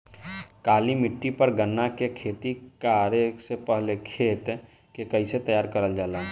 काली मिट्टी पर गन्ना के खेती करे से पहले खेत के कइसे तैयार करल जाला?